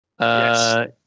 Yes